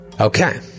Okay